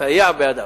ונסייע בידם.